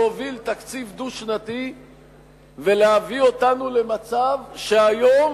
להוביל תקציב דו-שנתי ולהביא אותנו למצב שהיום